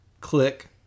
click